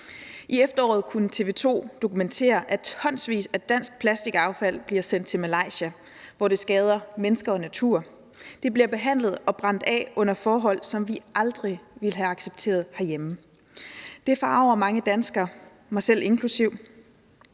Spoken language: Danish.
I efteråret kunne TV 2 dokumentere, at tonsvis af dansk plastikaffald bliver sendt til Malaysia, hvor det skader mennesker og natur. Det bliver behandlet og brændt af under forhold, som vi aldrig ville have accepteret herhjemme. Det forarger mange danskere, mig selv inklusive,